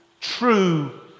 true